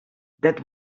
that